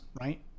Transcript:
right